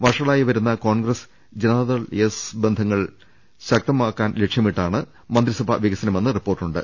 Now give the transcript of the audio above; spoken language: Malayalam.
വഷളായി വരുന്ന കോൺഗ്രസ് ജനതാദൾ എസ് ബന്ധങ്ങൾ ശക്തമാക്കാൻ ലക്ഷ്യമിട്ടാണ് മന്ത്രിസഭാ വികസന്മെന്ന് റിപ്പോർട്ടു ണ്ട്